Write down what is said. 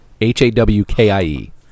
H-A-W-K-I-E